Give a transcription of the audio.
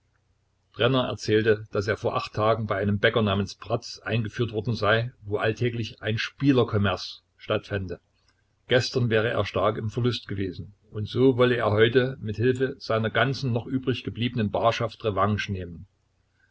brenner erzählte daß er vor acht tagen bei einem bäcker namens bratz eingeführt worden sei wo alltäglich ein spieler kommers stattfände gestern wäre er stark im verlust gewesen und so wolle er heute mit hilfe seiner ganzen noch übrig gebliebenen barschaft revanche nehmen